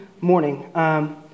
morning